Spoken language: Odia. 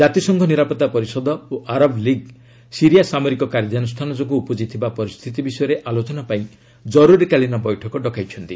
କାତିସଂଘ ନିରାପତ୍ତା ପରିଷଦ ଓ ଆରବ୍ ଲିଗ୍ ସିରିଆ ସାମରିକ କାର୍ଯ୍ୟାନୁଷ୍ଠାନ ଯୋଗୁଁ ଉପୁଜିଥିବା ପରିସ୍ଥିତି ବିଷୟରେ ଆଲୋଚନା ପାଇଁ ଜରୁରୀକାଳୀନ ବୈଠକ ଡକାଇଛନ୍ତି